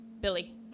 Billy